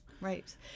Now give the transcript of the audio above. Right